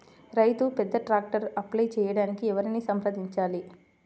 రైతు పెద్ద ట్రాక్టర్కు అప్లై చేయడానికి ఎవరిని సంప్రదించాలి?